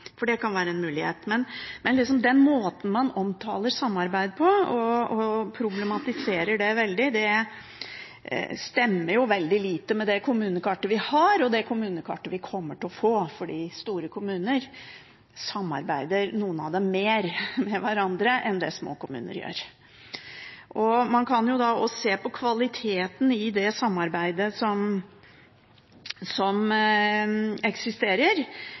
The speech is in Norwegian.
for det kan være en mulighet. Men den måten man omtaler samarbeid på og problematiserer det veldig, stemmer veldig dårlig med det kommunekartet vi har, og det kommunekartet vi kommer til å få, fordi noen av de store kommunene samarbeider mer med hverandre enn det små kommuner gjør. Man kan også se på kvaliteten i det samarbeidet som eksisterer.